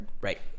Right